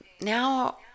now